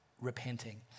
repenting